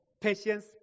patience